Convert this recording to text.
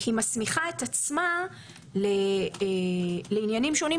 היא מסמיכה את עצמה לעניינים שונים,